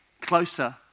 closer